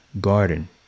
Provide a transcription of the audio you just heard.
garden